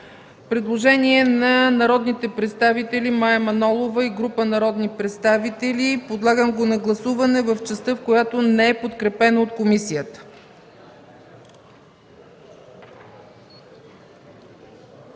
Предложение на народните представители Мая Манолова и група народни представители. Подлагам го на гласуване в частта, в която не е подкрепена от комисията.